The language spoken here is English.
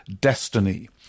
destiny